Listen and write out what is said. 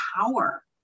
power